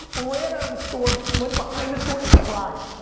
ah ran out of the store went behind the store and cried.